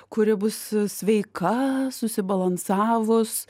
kuri bus sveika susibalansavus